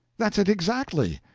that's it exactly.